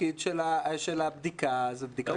התפקיד של הבדיקה זה בדיקה עובדתית.